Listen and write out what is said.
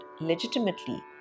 legitimately